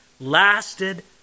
lasted